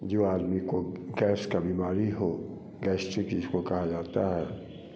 जो आदमी को गैस का बीमारी हो गैसट्रिक जिसे कहा जाता है